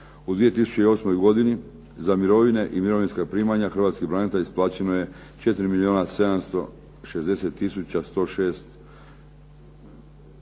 U 2008. godini za mirovine i mirovinska primanja hrvatskim braniteljima isplaćeno je 4